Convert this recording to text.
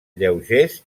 lleugers